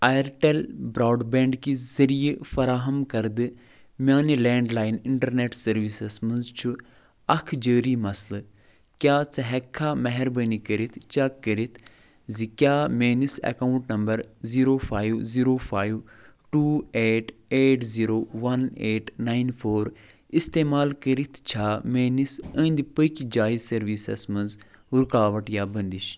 Airtel broadband کہ ذٔریعہ فراہم کردٕ میانہ لینڈلایِن انٹرنیٹ سٔروسس منٛز چھُ اکھ جٲری مسلہٕ کیاہ ژٕ ہیٚککھا مہربٲنی کٔرتھ چیک کٔرتھ زِ کیٛاہ میٲنس account number zero five zero five two eight eight zero one eight nine four استعمال کٔرتھ چھا میٲنس أنٛدۍ پٔکۍ جایہِ سٔروِس منٛز رکاوٹ یا بندش